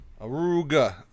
Aruga